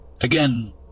Again